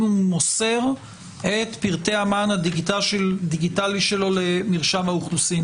הוא מוסר את פרטי המען הדיגיטלי שלו למרשם האוכלוסין